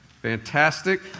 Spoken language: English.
Fantastic